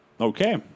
Okay